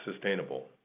sustainable